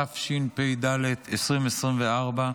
התשפ"ד 2024,